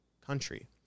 country